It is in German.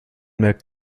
merkt